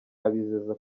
abizeza